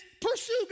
pursue